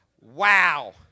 wow